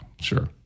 sure